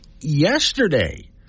yesterday